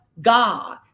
God